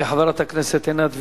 תודה לחברת הכנסת עינת וילף.